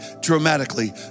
dramatically